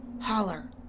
holler